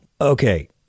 Okay